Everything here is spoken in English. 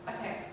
Okay